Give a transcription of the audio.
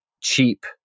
cheap